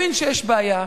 הבין שיש בעיה,